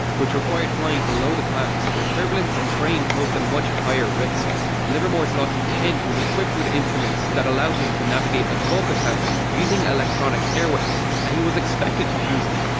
which required flying below the clouds, where turbulence and terrain posed a much higher risk. two livermores lockheed ten was equipped with instruments that allowed him to navigate above the clouds using electronic airways. and he was expected to use it.